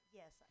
yes